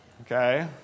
Okay